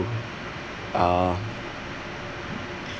uh